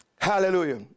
Hallelujah